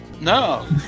no